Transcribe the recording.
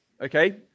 okay